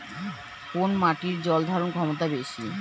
কোন মাটির জল ধারণ ক্ষমতা বেশি?